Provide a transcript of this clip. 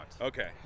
okay